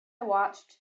watched